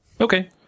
Okay